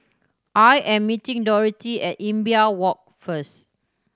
I am meeting Dorothy at Imbiah Walk first